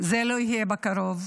זה לא יהיה בקרוב,